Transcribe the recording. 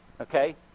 Okay